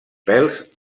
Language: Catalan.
pèls